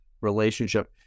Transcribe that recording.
relationship